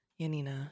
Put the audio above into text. Yanina